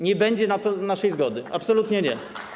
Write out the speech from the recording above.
Nie będzie na to naszej zgody, absolutnie nie.